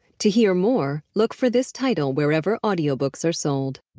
to hear more, look for this title wherever audiobooks are sold.